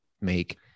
make